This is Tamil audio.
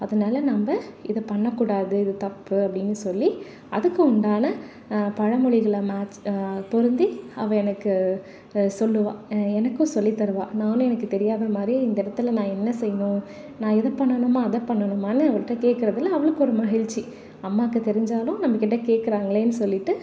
அதனால நம்ம இதை பண்ணக்கூடாது இது தப்பு அப்படின்னு சொல்லி அதுக்கு உண்டான பழமொழிகள மேட்ச் பொருந்தி அவள் எனக்கு சொல்லுவாள் எனக்கும் சொல்லி தருவாள் நானும் எனக்கு தெரியாத மாதிரியே இந்த இடத்துல நான் என்ன செய்யணும் நான் இதை பண்ணணுமா அதை பண்ணணுமான்னு அவள்கிட்ட கேட்குறதுல அவளுக்கு ஒரு மகிழ்ச்சி அம்மாவுக்கு தெரிஞ்சாலும் நம்மகிட்ட கேட்குறாங்களேன்னு சொல்லிவிட்டு